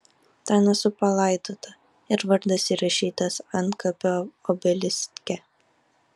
ten esu palaidota ir vardas įrašytas antkapio obeliske